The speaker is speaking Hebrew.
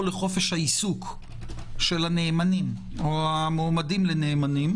לחופש העיסוק של הנאמנים או המועמדים לנאמנים,